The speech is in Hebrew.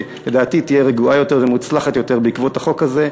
שלדעתי תהיה רגועה יותר ומוצלחת יותר בעקבות החוק הזה,